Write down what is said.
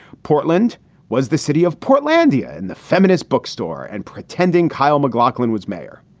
portland was the city of portlandia and the feminist bookstore and pretending kyle mcglocklin was mayor.